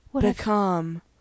become